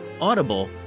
Audible